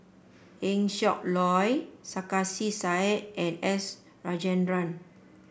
Eng Siak Loy Sarkasi Said and S Rajendran